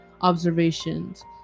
observations